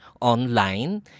online